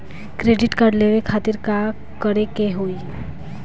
Credit card लेवे खातिर का करे के होई?